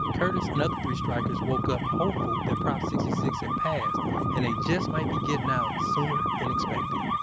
curtis and other three-strikers woke up hopeful that prop sixty six had passed and they just might be getting out sooner than expected